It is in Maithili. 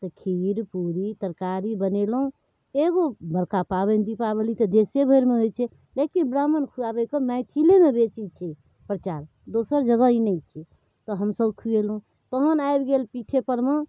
तऽ खीर पूड़ी तरकारी बनेलहुँ एगो बड़का पाबनि दीपावली तऽ देशेभरिमे होइ छै लेकिन ब्राह्मण खुआबैके मैथिलेमे बेसी छै दोसर जगह ई नहि छै तऽ हमसभ खुएलहुँ तहन आबि गेल पीठेपरमे